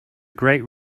great